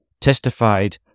testified